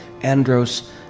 Andros